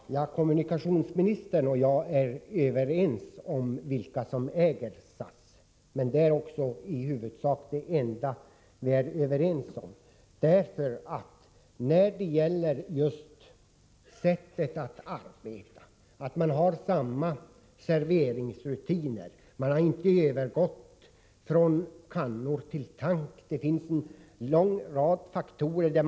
Herr talman! Kommunikationsministern och jag är överens om vilka som äger SAS. Men det är i huvudsak det enda vi är överens om. När det gäller just arbetsrutinerna för kabinpersonalen vill jag säga följande. Man har samma serveringsrutiner. Man har inte övergått från kannor till en tank. Det finns en lång rad exempel att anföra.